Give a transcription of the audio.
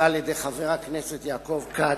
שהוצעה על-ידי חבר הכנסת יעקב כץ,